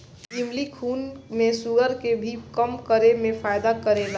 इमली खून में शुगर के भी कम करे में फायदा करेला